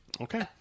Okay